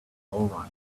all